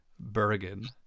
Bergen